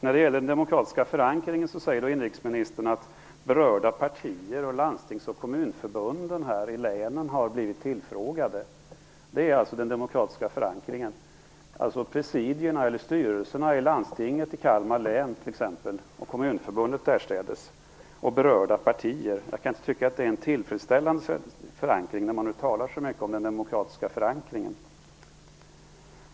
När det gäller den demokratiska förankringen säger inrikesministern att berörda partier, landstingsoch kommunförbunden i länen har blivit tillfrågade. Det är alltså den demokratiska förankringen, dvs. presidierna eller styrelserna i t.ex. landstinget i Kalmar län, kommunförbundet därstädes och berörda partier. Jag kan inte tycka att det är en tillfredsställande förankring, när man nu talar så mycket om den demokratiska förankringen.